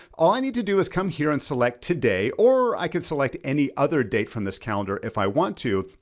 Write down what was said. all i need to do is come here and select today, or i can select any other date from this calendar if i want to.